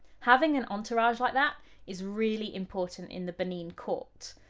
having an entourage like that is really important in the benin court.